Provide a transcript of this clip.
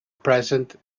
present